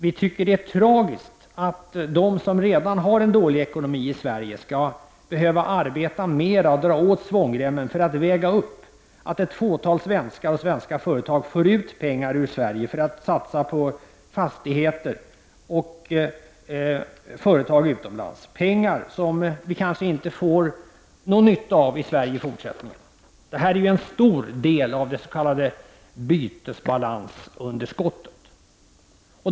Vi tycker att det är tragiskt att de företag i Sverige som redan har en dålig ekonomi skall behöva arbeta mera och dra åt svångremmen för att väga upp att ett fåtal svenskar och svenska företag för ut pengar ur Sverige för att satsa på fastigheter och företag utomlands. Det är pengar som vi kanske inte får någon nytta av i Sverige i fortsättningen. Detta utgör en anledning till det stora bytesbalansunderskottet.